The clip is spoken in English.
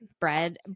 Bread